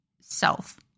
self